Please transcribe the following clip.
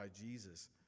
Jesus